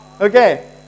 Okay